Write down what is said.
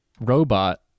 robot